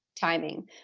timing